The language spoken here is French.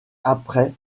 après